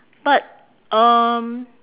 but um